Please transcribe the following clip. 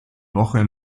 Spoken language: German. woche